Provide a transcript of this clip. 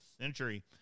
century